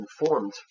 informed